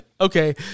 okay